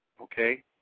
Okay